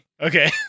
Okay